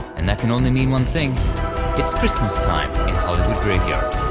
and that can only mean one thing it's christmas time in hollywood graveyard.